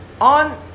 on